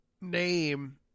name